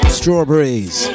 strawberries